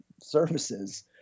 services